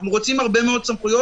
אנחנו רוצים הרבה מאוד סמכויות.